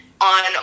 on